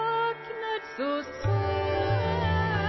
selskaper som er